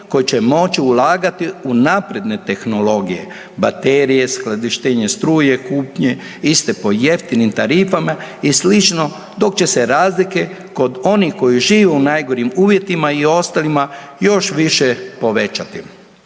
koji će moći ulagati u napredne tehnologije, baterije, skladištenje struje, kupnje iste po jeftinim tarifama i slično, dok će se razlike kod onih koji žive u najgorim uvjetima i ostalima još više povećati.